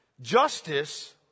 Justice